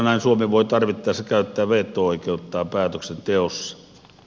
näin suomi voi tarvittaessa käyttää veto oikeuttaan päätöksenteossa